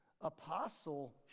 apostle